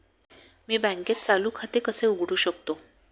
मी बँकेत चालू खाते कसे उघडू शकतो?